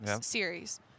series